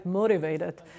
motivated